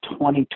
2020